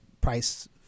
price